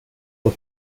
con